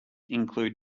include